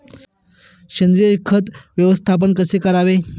सेंद्रिय खत व्यवस्थापन कसे करावे?